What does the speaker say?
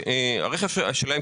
שהרכב שלהם,